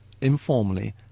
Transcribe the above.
informally